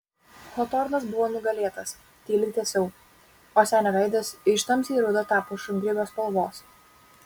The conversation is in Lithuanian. hotornas buvo nugalėtas tyliai tęsiau o senio veidas iš tamsiai rudo tapo šungrybio spalvos